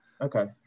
okay